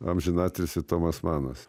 amžinatilsį tomas manas